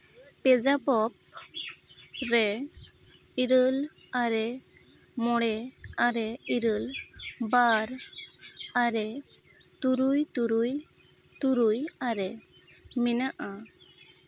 ᱯᱮᱡᱟᱯᱚᱯ ᱨᱮ ᱤᱨᱟᱹᱞ ᱟᱨᱮ ᱢᱚᱬᱮ ᱟᱨᱮ ᱤᱨᱟᱹᱞ ᱵᱟᱨ ᱟᱨᱮ ᱛᱩᱨᱩᱭ ᱛᱩᱨᱩᱭ ᱛᱩᱨᱩᱭ ᱟᱨᱮ ᱢᱮᱱᱟᱜᱼᱟ